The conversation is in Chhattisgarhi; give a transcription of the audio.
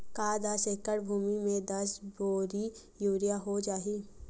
का दस एकड़ भुमि में दस बोरी यूरिया हो जाही?